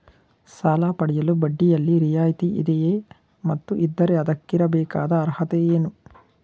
ಸಾಲ ಪಡೆಯಲು ಬಡ್ಡಿಯಲ್ಲಿ ರಿಯಾಯಿತಿ ಇದೆಯೇ ಮತ್ತು ಇದ್ದರೆ ಅದಕ್ಕಿರಬೇಕಾದ ಅರ್ಹತೆ ಏನು?